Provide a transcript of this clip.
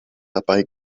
dabei